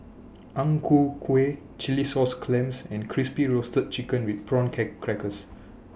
Ang Ku Kueh Chilli Sauce Clams and Crispy Roasted Chicken with Prawn Crackers